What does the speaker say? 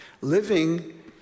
living